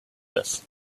this